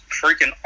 freaking